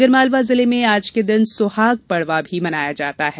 आगरमालवा जिले में आज के दिन सुहाग पडवा भी मनाया जाता है